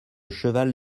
cheval